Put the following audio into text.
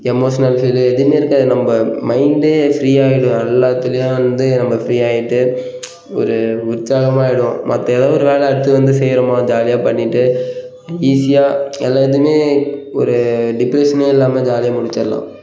emotional feel எதுவுமே இருக்காது நம்ப மைண்டே ஃப்ரீயாக ஆயிடும் எல்லாத்துலையும் வந்து நம்ப ஃப்ரீ ஆயிட்டு ஒரு உற்சாகமாக ஆகிடுவோம் மற்ற ஏதோ ஒரு வேலை அடுத்து வந்து செய்கிறோமா ஜாலியாக பண்ணிகிட்டு ஈஸியாக எல்லா இதுவுமே ஒரு டிப்ரஸனே இல்லாமல் ஜாலியாக முடிச்சுர்லாம்